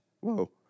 Whoa